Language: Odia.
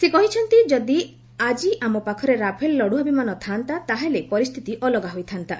ସେ କହିଛନ୍ତି ଯଦି ଆକି ଆମ ପାଖରେ ରାଫେଲ୍ ଲଢୁଆ ବିମାନ ଥା'ନ୍ତା ତାହାହେଲେ ପରିସ୍ଥିତି ଅଲଗା ହୋଇଥା'ନ୍ତା